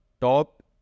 top